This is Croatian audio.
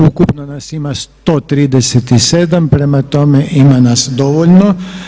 Ukupno nas ima 137, prema tome ima nas dovoljno.